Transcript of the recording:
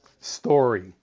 Story